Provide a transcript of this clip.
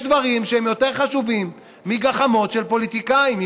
יש דברים שהם יותר חשובים מגחמות של פוליטיקאים,